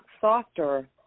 softer